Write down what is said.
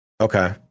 Okay